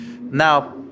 now